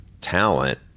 talent